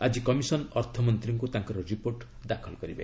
ଆଜି କମିସନ ଅର୍ଥମନ୍ତ୍ରୀଙ୍କୁ ତାଙ୍କର ରିପୋର୍ଟ ଦାଖଲ କରିବେ